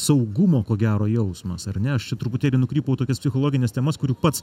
saugumo ko gero jausmas ar ne aš čia truputėlį nukrypau į tokias psichologines temas kurių pats